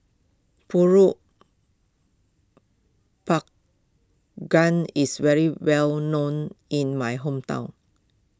Pulut Panggang is very well known in my hometown